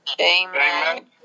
Amen